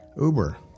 Uber